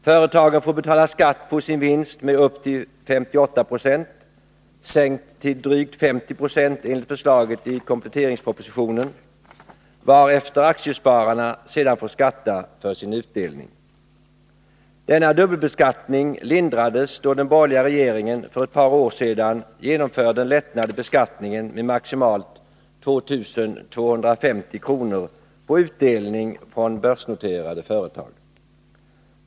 Företagen får betala skatt på sin vinst med upp till 58 96, vilket sänks till drygt 50 96 enligt förslaget i kompletteringspropositionen, varefter aktiespararen får skatta för sin utdelning. Denna dubbelbeskattning lindrades då den borgerliga regeringen för ett par år sedan genomförde en lättnad i beskattningen med maximalt 2 250 kr. på utdelning från börsnoterade företag.